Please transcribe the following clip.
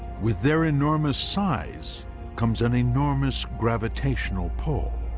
with their enormous size comes an enormous gravitational pull.